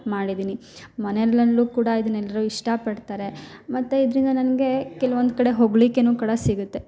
ಮಾಡಿದ್ದೀನಿ ಮನೆಯಲ್ಲಲ್ಲು ಕೂಡ ಇದನ್ನ ಎಲ್ಲರೂ ಇಷ್ಟಪಡ್ತಾರೆ ಮತ್ತು ಇದರಿಂದ ನನಗೆ ಕೆಲವೊಂದು ಕಡೆ ಹೊಗಳಿಕೆನೂ ಕೂಡ ಸಿಗತ್ತೆ